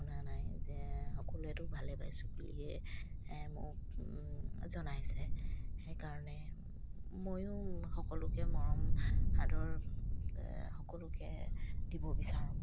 নাই যে সকলোৱেতো ভালে পাইছোঁ বুলিয়ে মোক জনাইছে সেইকাৰণে ময়ো সকলোকে মৰম সাদৰ সকলোকে দিব বিচাৰোঁ